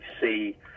see